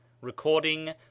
Recording